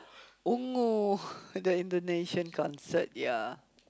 oh no the Indonesia concert ya